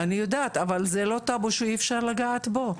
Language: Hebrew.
אני יודעת, אבל זה לא טאבו שאי אפשר לגעת בו?